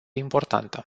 importantă